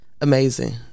amazing